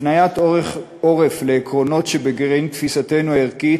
הפניית עורף לעקרונות שבגרעין תפיסתנו הערכית,